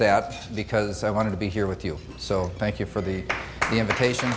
that because i wanted to be here with you so thank you for the invitation